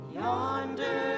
yonder